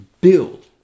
build